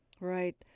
right